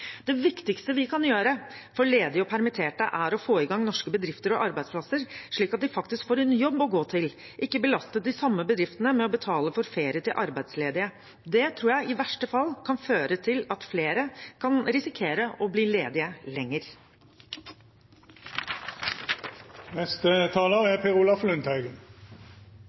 Det viktigste vi kan gjøre for ledige og permitterte, er å få i gang norske bedrifter og arbeidsplasser, slik at de faktisk får en jobb å gå til, ikke belaste de samme bedriftene med å betale for ferie til arbeidsledige. Det tror jeg i verste fall kan føre til at flere kan risikere å bli ledige